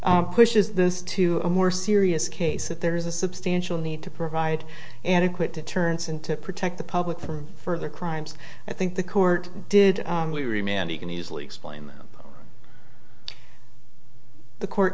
pushes this to a more serious case that there is a substantial need to provide an adequate to turns into protect the public from further crimes i think the court did we re mandy can easily explain that the court